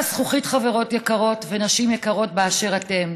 חברות יקרות ונשים יקרות באשר אתן,